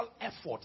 effort